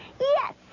Yes